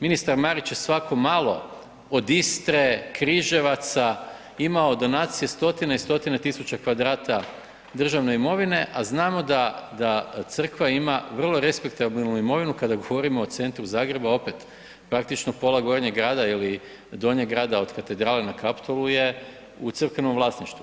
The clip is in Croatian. Ministar Marić je svako malo, od Istre, Križevaca imao donacije stotine i stotine tisuća kvadrata državne imovine, a znamo da Crkva ima vrlo respektabilnu imovinu kada govorimo o centru Zagreba, opet praktično pola Gornjeg grada ili Donjeg grada od katedrale na Kaptolu je u crkvenom vlasništvu.